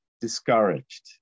discouraged